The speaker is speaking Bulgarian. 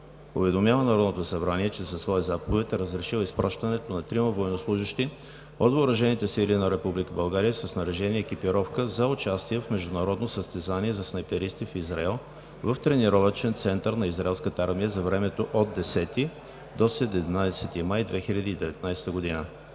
уведомява Народното събрание, че със своя заповед е разрешил изпращането на трима военнослужещи от Въоръжените сили на Република България със снаряжение и екипировка за участие в международно състезание за снайперисти в Израел в тренировъчен център на израелската армия за времето от 10 до 17 май 2019 г.